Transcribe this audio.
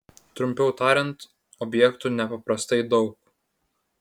trumpiau tariant objektų nepaprastai daug